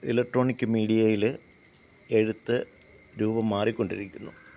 electronic മീഡിയയിൽ എഴുത്ത് രൂപം മാറിക്കൊണ്ടിരിക്കുന്നു